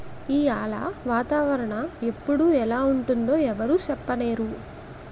ఈయాల వాతావరణ ఎప్పుడు ఎలా ఉంటుందో ఎవరూ సెప్పనేరు